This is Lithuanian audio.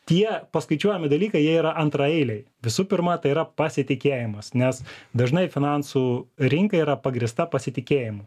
tie paskaičiuojami dalykai jie yra antraeiliai visų pirma tai yra pasitikėjimas nes dažnai finansų rinka yra pagrįsta pasitikėjimu